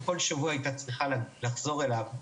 כל שבוע היא הייתה צריכה לחזור אליו.